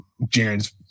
Jaren's